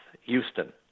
Houston